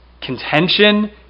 contention